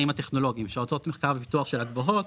הטכנולוגיים שההוצאות מחקר ופיתוח שלה גבוהות,